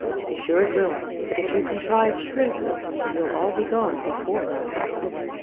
to be sure it will. but if you contrive shrewdly, you'll all be gone before that happens.